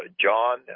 John